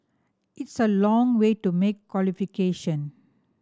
it's a long way to make qualification